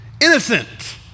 innocent